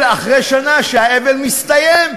אלא אחרי שנה, כשהאבל מסתיים.